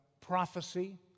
prophecy